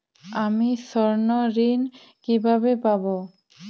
আমি স্বর্ণঋণ কিভাবে পাবো?